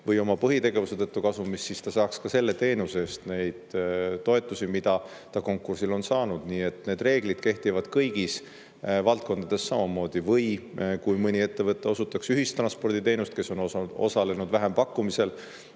või oma põhitegevuse tõttu kasumis, siis ta saaks ka selle teenuse eest neid toetusi, mida ta konkursil on saanud. Nii et need reeglid kehtivad kõigis valdkondades samamoodi, või kui mõni ettevõte osutaks ühistransporditeenust, kes on osalenud vähempakkumisel